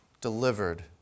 delivered